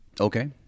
Okay